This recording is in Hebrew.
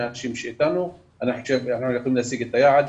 אנשים שאיתנו אני חושב שאנחנו יכולים להשיג את היעד.